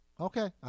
Okay